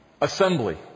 Assembly